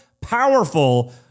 powerful